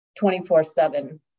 24-7